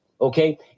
okay